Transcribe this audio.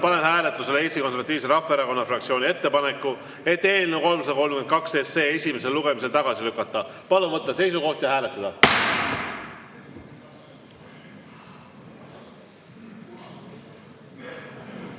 panen hääletusele Eesti Konservatiivse Rahvaerakonna fraktsiooni ettepaneku eelnõu 332 esimesel lugemisel tagasi lükata. Palun võtta seisukoht ja hääletada!